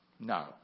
No